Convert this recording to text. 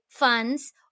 funds